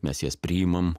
mes jas priimam